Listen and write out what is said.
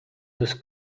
sus